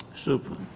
Super